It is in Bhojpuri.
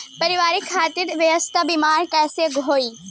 परिवार खातिर स्वास्थ्य बीमा कैसे होई?